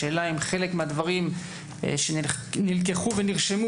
השאלה אם חלק מהדברים נלקחו ונרשמו